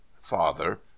Father